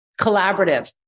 collaborative